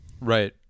Right